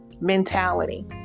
mentality